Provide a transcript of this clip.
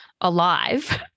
alive